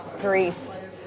Greece